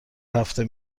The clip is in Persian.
هفته